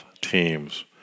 teams